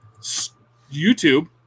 YouTube